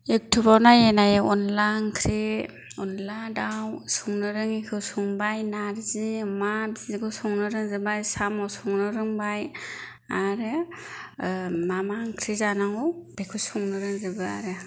इउटुबाव नायै नायै अनद्ला ओंख्रि अनद्ला दाउ संनो रोङि ओंख्रिखौ संबाय नारजि अमा बेफोरखौ संनो रोंजोबबाय साम' संनो रोंबाय आरो मा मा ओंख्रि जानांगौ बेखौ संनो रोंजोबबाय आरो